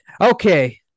Okay